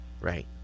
Right